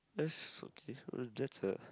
just okay uh that's a